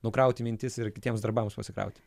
nukrauti mintis ir kitiems darbams pasikrauti